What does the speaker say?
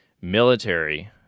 military